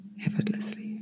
effortlessly